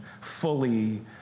fully